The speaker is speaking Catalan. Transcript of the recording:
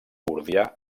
gordià